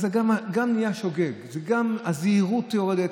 ואז נהיה גם בשוגג וגם הזהירות יורדת.